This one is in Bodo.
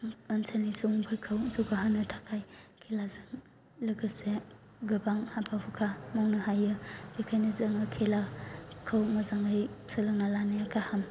ओनसोलनि सुबुंफोरखौ जौगाहौनो थाखाय खेलाजों लोगोसे गोबां हाबा हुखा मावनो हायो बेनिखायनो जोङो खेलाखौ मोजाङै सोलोंना लानाया गाहाम